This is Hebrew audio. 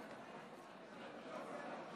הצעת האי-אמון מטעם סיעת הליכוד לא עברה.